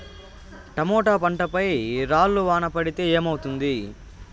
Tomato పంట పై రాళ్లు వాన పడితే ఏమవుతుంది?